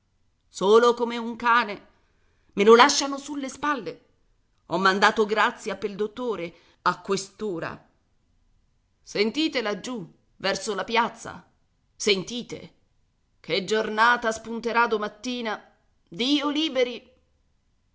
solo come un cane me lo lasciano sulle spalle ho mandato grazia pel dottore a quest'ora sentite laggiù verso la piazza sentite che giornata spunterà domattina dio liberi